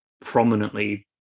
prominently